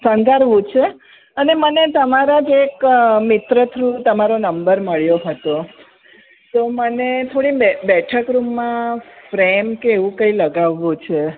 શણગારવું છે અને મને તમારા જ એક મિત્ર થ્રુ તમારો નંબર મળ્યો હતો તો મને થોડી બેઠક રૂમમાં ફ્રેમ કે એવું કંઈ લગાવવું છે